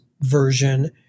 version